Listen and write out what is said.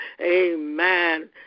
Amen